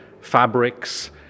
fabrics